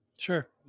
Sure